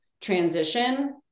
transition